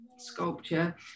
sculpture